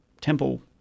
temple